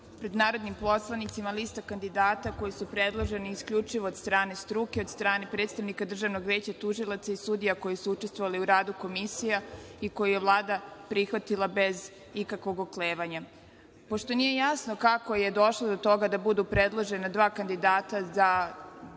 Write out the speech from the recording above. pred narodnim poslanicima lista kandidata koji su predloženi isključivo od strane struke, od strane predstavnika Državnog veća tužilaca i sudija koji su učestvovali u radu komisija i koje je Vlada prihvatila bez ikakvog oklevanja. Pošto nije jasno kako je došlo do toga da budu predložena dva kandidata za tužioca